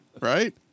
right